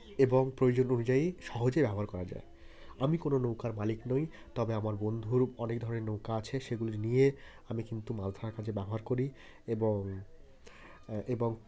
এবং প্রয়োজন অনুযায়ী সহজে ব্যবহার করা যায় আমি কোনো নৌকার মালিক নই তবে আমার বন্ধুর অনেক ধরনের নৌকা আছে সেগুলি নিয়ে আমি কিন্তু মাছ ধরার কাজে ব্যবহার করি এবং এবং